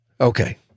Okay